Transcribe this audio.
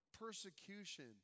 persecution